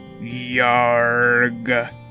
Yarg